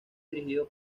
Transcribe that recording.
dirigido